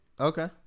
Okay